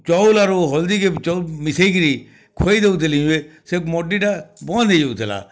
ଚୋଉଳ୍ ରୁ ହଳଦୀ ମେସେଇକିରି ଖୋଇଦଉଥିଲେ ସେ ମଡ଼ି୍ ଟା ବନ୍ଦ୍ ହେଇଯାଉଥିଲା